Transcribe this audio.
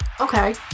Okay